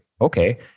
okay